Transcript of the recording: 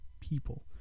people